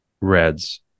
REDS